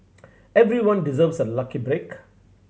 everyone deserves a lucky break